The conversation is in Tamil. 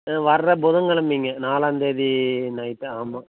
வர்ற புதன் கிழமைங்க நாலாந்தேதி நைட்டு ஆமாம்